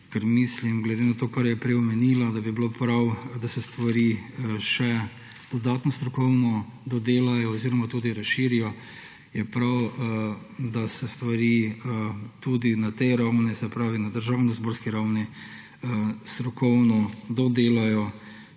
mislim, glede na to, kar je prej omenila, da bi bilo prav, da se stvari še dodatno strokovno dodelajo oziroma tudi razširijo, je prav, da se stvari tudi na tej ravni, se pravi na državnozborski ravni strokovno dodelajo